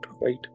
right